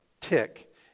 tick